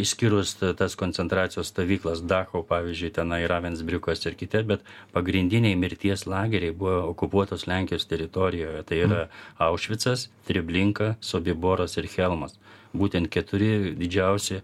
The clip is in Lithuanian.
išskyrus tas koncentracijos stovyklas dacho pavyzdžiui tenai ravensbriukas ir kiti bet pagrindiniai mirties lageriai buvo okupuotos lenkijos teritorijoje tai yra aušvicas treblinka sobiboras ir chelmas būtent keturi didžiausi